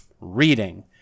Reading